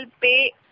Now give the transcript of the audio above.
pay